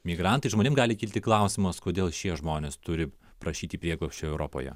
migrantai žmonėm gali kilti klausimas kodėl šie žmonės turi prašyti prieglobsčio europoje